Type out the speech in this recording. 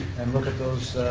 and look at those